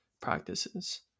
practices